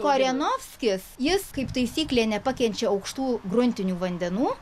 korenvoskis jis kaip taisyklė nepakenčia aukštų gruntinių vandenų